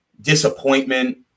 disappointment